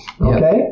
Okay